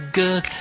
good